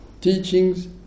teachings